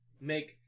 make